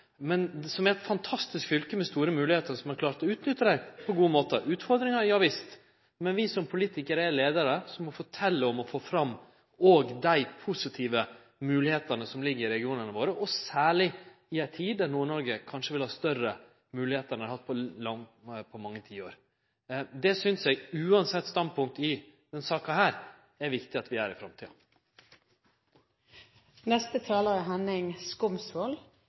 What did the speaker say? men det er eit fantastisk fylke med store moglegheiter, og ein har klart å utnytte dei på ein god måte. Der er utfordringar, ja visst, men vi som politikarar og leiarar må òg fortelje om og få fram dei positive moglegheitene som ligg i regionane våre, særleg i ei tid der Nord-Noreg kanskje vil få større moglegheiter enn dei har hatt på mange tiår. Det synest eg, uansett standpunkt i denne saka, er viktig at vi gjer i